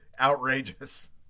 Outrageous